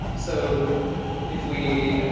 so if we